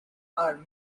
are